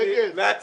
איזה סעיף זה?